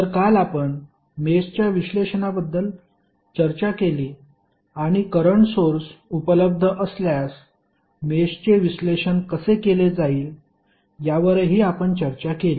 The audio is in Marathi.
तर काल आपण मेषच्या विश्लेषणाबद्दल चर्चा केली आणि करंट सोर्स उपलब्ध असल्यास मेषचे विश्लेषण कसे केले जाईल यावरही आपण चर्चा केली